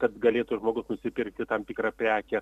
kad galėtų žmogus nusipirkti tam tikrą prekę